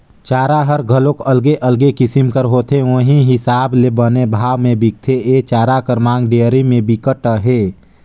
चारा हर घलोक अलगे अलगे किसम कर होथे उहीं हिसाब ले बने भाव में बिकथे, ए चारा कर मांग डेयरी में बिकट अहे